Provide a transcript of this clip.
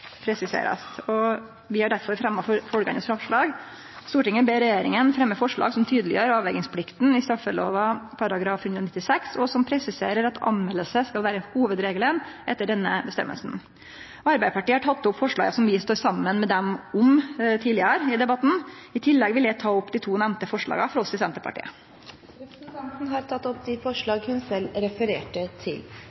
føresegna presiserast. Vi har derfor fremja følgjande framlegg: «Stortinget ber regjeringen fremme forslag som tydeliggjør avvergingsplikten i straffeloven § 196 og som presiserer at anmeldelse skal være hovedregelen etter denne bestemmelsen.» Arbeidarpartiet har tidlegare i debatten teke opp forslaga som vi står saman med dei om. I tillegg vil eg ta opp dei to nemnde forslaga frå oss i Senterpartiet. Representanten Jenny Klinge har tatt opp de